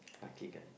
lucky guy